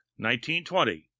1920